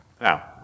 Now